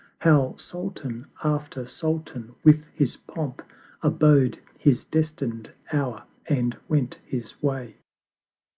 how sultan after sultan with his pomp abode his destined hour, and went his way.